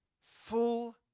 full